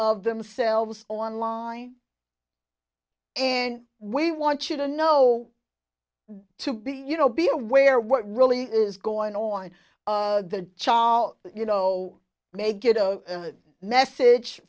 of themselves online and we want you to know to be you know be aware what really is going on in the child you know may get a message